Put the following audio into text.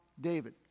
David